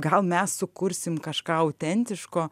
gal mes sukursim kažką autentiško